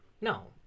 No